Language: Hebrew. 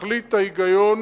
תכלית ההיגיון